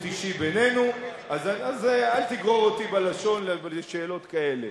אישי בינינו אל תגרור אותי בלשון לשאלות כאלה.